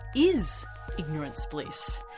is ignorance bliss?